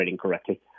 correctly